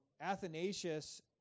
Athanasius